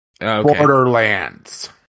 Borderlands